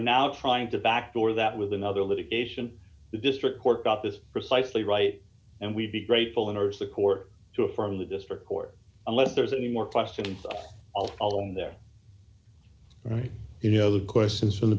now trying to backdoor that with another litigation the district court got this precisely right and we'd be grateful and urge the court to affirm the district court unless there's any more questions of all along there right you know the questions for the